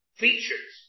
features